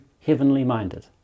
heavenly-minded